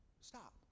Stop